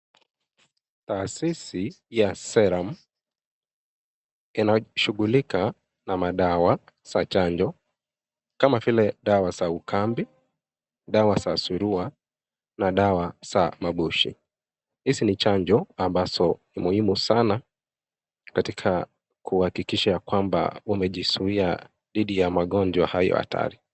Taasisi ya Serum, inashughulika na madawa ya chanjo kama vile dawa za ukambi, dawa za surua na dawa za maboshi .Hizi ni chanjo ambazo ni muhimu sana katika kuhakikisha ya kwamba umejizuia dhidi ya magonjwa hayo hatari.